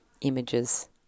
Images